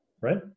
Right